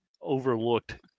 overlooked